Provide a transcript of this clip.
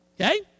okay